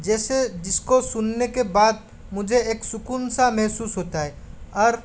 जैसे जिसको सुनने के बाद मुझे एक सुकून सा महसूस होता है और